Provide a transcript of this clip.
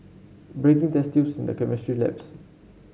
breaking test tubes in the chemistry labs